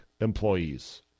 employees